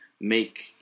make